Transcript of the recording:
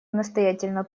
настоятельно